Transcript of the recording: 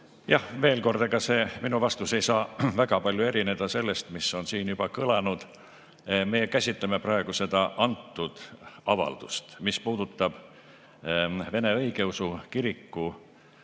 Veel kord: ega minu vastus ei saa väga palju erineda sellest, mis on siin juba kõlanud. Me käsitleme praegu seda konkreetset avaldust. Mis puudutab Vene Õigeusu Kiriku